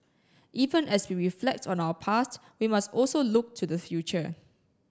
even as we reflect on our past we must also look to the future